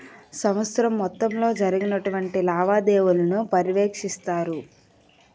సంవత్సరం మొత్తంలో జరిగినటువంటి లావాదేవీలను పర్యవేక్షిస్తారు